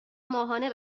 ماهانه